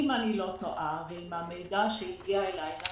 אם אני לא טועה, ואם המידע שהגיע אליי נכון,